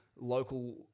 local